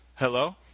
Hello